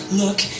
look